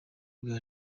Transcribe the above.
bwa